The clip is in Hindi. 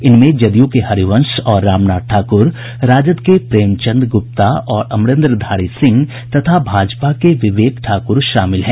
इनमें जदयू के हरिवंश और रामनाथ ठाकुर राजद के प्रेमचंद गुप्ता और अमरेन्द्र धारी सिंह तथा भाजपा के विवेक ठाकुर शामिल हैं